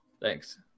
thanks